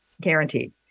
guaranteed